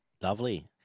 Lovely